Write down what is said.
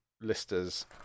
Lister's